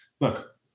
Look